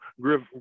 griff